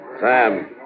Sam